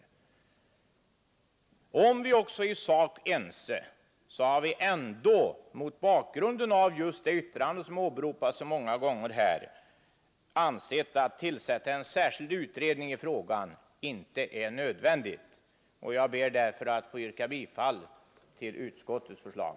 Även om vi alltså är i sak ense, har utskottsmajoriteten mot bakgrunden av det yttrande som åberopats så många gånger här ansett att det inte är nödvändigt att tillsätta en särskild utredning i frågan. Jag ber därför att få yrka bifall till utskottets förslag.